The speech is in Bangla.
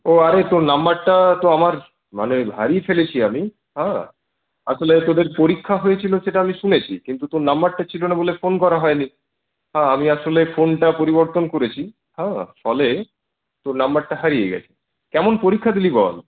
ও আরে তোর নম্বরটা তো আমার মানে হারিয়ে ফেলেছি আমি হ্যাঁ আসলে তোদের পরীক্ষা হয়েছিল সেটা আমি শুনেছি কিন্তু তোর নম্বরটা ছিল না বলে ফোন করা হয়নি হ্যাঁ আমি আসলে ফোনটা পরিবর্তন করেছি হ্যাঁ ফলে তোর নম্বরটা হারিয়ে গিয়েছে কেমন পরীক্ষা দিলি বল